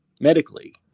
medically